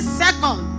second